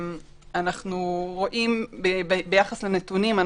ביחס לנתונים,